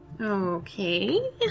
Okay